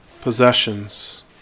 possessions